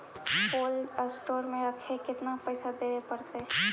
Cold store में रखे में केतना पैसा देवे पड़तै है?